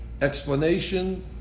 explanation